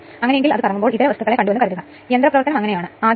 അതിനാൽ എല്ലാ തിരുത്തലുകളും വരുത്തി അതിനാൽ 6